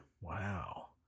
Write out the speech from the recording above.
Wow